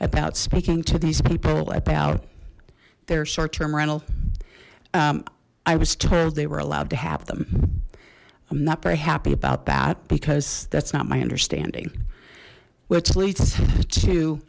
about speaking to these people about their short term rental i was told they were allowed to have them i'm not very happy about that because that's not my understanding which leads to